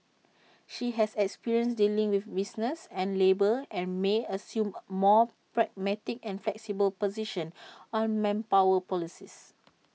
she has experience dealing with business and labour and may assume A more pragmatic and flexible position on manpower policies